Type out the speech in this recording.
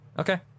Okay